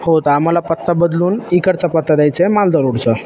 हो तर आम्हाला पत्ता बदलून इकडचा पत्ता द्यायचा आहे मालदाड रोडचा